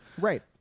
right